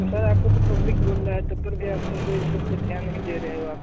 तो सर आपको तो पब्लिक बोल रहा है तप्पर भी आप सबको इस सब पर ध्यान नहीं दे रहे हो आप